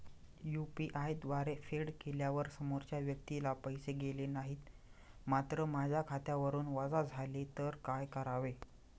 UPI द्वारे फेड केल्यावर समोरच्या व्यक्तीला पैसे गेले नाहीत मात्र माझ्या खात्यावरून वजा झाले तर काय करावे?